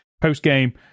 post-game